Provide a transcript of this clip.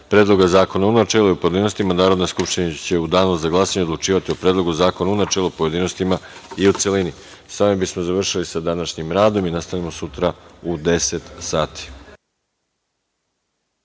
Predloga zakona u načelu i u pojedinostima, Narodna skupština će u danu za glasanje odlučivati o Predlogu zakona u načelu, pojedinostima i u celini. Sa ovim bismo završili sa današnjim radom i nastavljamo sutra u 10.00 sati.